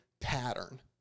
pattern